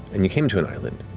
and you came to an island.